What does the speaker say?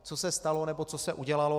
Co se stalo, nebo co se udělalo?